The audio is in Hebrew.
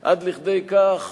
עד כדי כך